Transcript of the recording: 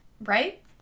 right